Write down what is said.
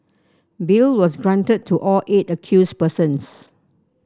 bail was granted to all eight accused persons